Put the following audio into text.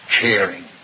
caring